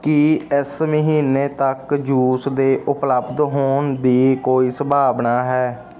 ਕੀ ਇਸ ਮਹੀਨੇ ਤੱਕ ਜੂਸ ਦੇ ਉਪਲਬਧ ਹੋਣ ਦੀ ਕੋਈ ਸੰਭਾਵਨਾ ਹੈ